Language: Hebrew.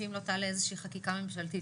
שאם לא תעלה איזה חקיקה ממשלתית,